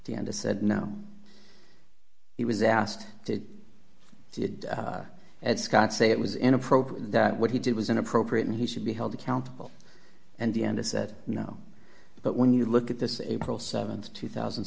to end a said no he was asked to do it scott say it was inappropriate that what he did was inappropriate and he should be held accountable and the end of said no but when you look at this april th two thousand